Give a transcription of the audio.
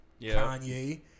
Kanye